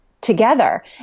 together